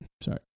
Sorry